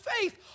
faith